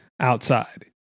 outside